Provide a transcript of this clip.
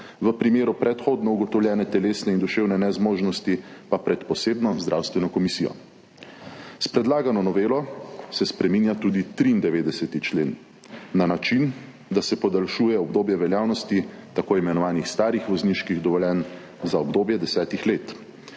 v primeru predhodno ugotovljene telesne in duševne nezmožnosti pa pred posebno zdravstveno komisijo. S predlagano novelo se spreminja tudi 93. člen na način, da se podaljšuje obdobje veljavnosti tako imenovanih starih vozniških dovoljenj za obdobje desetih let.